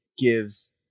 gives